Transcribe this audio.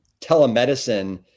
telemedicine